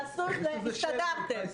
הסתדרתם.